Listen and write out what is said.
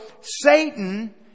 Satan